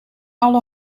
alle